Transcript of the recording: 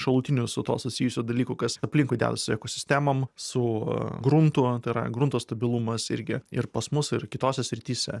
šalutinių su tuo susijusių dalykų kas aplinkui dedas su ekosistemom su gruntu yra grunto stabilumas irgi ir pas mus ir kitose srityse